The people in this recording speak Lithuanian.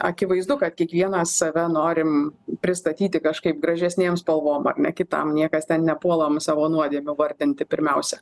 akivaizdu kad kiekvienas save norim pristatyti kažkaip gražesnėm spalvom ar ne kitam niekas ten nepuolam savo nuodėmių vardinti pirmiausia